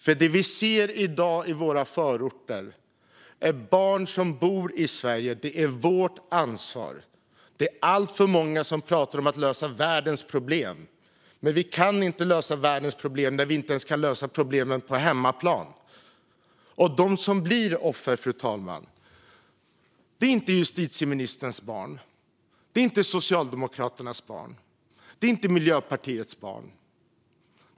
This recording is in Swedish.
Det vi ser i dag i våra förorter är barn som bor i Sverige. De är vårt ansvar. Det är alltför många som pratar om att lösa världens problem. Vi kan inte lösa världens problem när vi inte ens kan lösa problemen på hemmaplan. Och de som blir offer, fru talman, är inte justitieministerns barn. Det är inte Socialdemokraternas barn. Det är inte Miljöpartiets barn.